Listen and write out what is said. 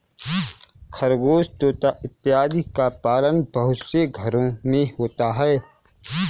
खरगोश तोता इत्यादि का पालन बहुत से घरों में होता है